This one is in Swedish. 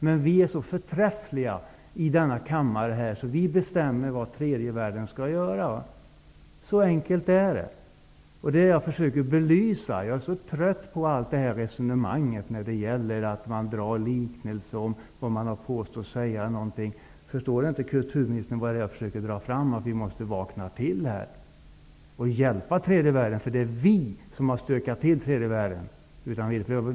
Men vi är ju så förträffliga i denna kammare att vi bestämmer vad tredje världen skall göra. Så enkelt är det. Det är detta jag försöker belysa. Jag är så trött på allt detta resonemang, alla liknelser och påståenden om vad man har sagt. Förstår inte kulturministern att jag försöker att dra fram att vi måste vakna till och hjälpa tredje världen, därför att det är vi som har stökat till tredje världen.